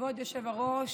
כבוד היושב-ראש,